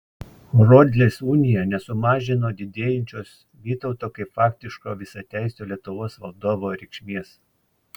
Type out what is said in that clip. horodlės unija nesumažino didėjančios vytauto kaip faktiško visateisio lietuvos valdovo reikšmės